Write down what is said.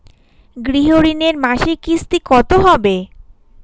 গৃহ ঋণের মাসিক কিস্তি কত হবে?